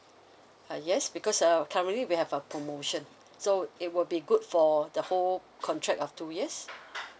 uh yes because uh currently we have a promotion so it will be good for the whole contract of two years